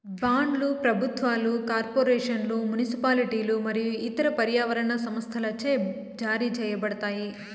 బాండ్లు ప్రభుత్వాలు, కార్పొరేషన్లు, మునిసిపాలిటీలు మరియు ఇతర పర్యావరణ సంస్థలచే జారీ చేయబడతాయి